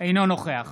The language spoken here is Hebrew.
אינו נוכח